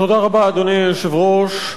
אדוני היושב-ראש,